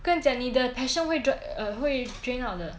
跟你讲你的 passion 会 drain out 的